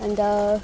अन्त